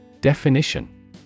Definition